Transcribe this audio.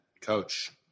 Coach